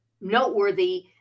noteworthy